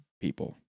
people